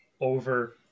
over